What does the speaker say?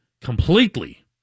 completely